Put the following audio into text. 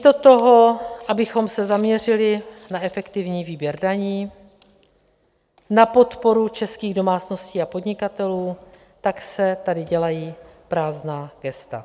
Místo toho, abychom se zaměřili na efektivní výběr daní, na podporu českých domácností a podnikatelů, tak se tady dělají prázdná gesta.